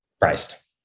Priced